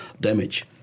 damage